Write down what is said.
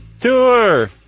Tour